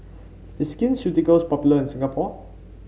is Skin Ceuticals popular in Singapore